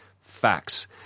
facts